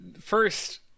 first